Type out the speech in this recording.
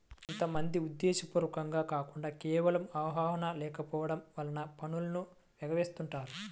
కొంత మంది ఉద్దేశ్యపూర్వకంగా కాకుండా కేవలం అవగాహన లేకపోవడం వలన పన్నులను ఎగవేస్తుంటారు